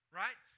right